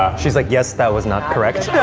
she's like, yes, that was not correct. yeah